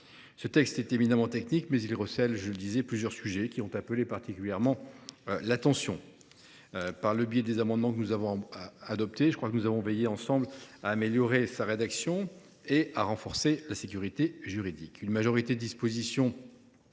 Ce texte est éminemment technique, mais il recèle plusieurs sujets qui ont appelé plus particulièrement l’attention. Par le biais des amendements que nous avons adoptés, nous avons veillé à améliorer la rédaction du texte et à en renforcer la sécurité juridique.